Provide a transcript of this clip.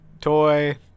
toy